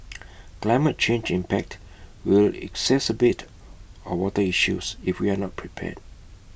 climate change impact will exacerbate our water issues if we are not prepared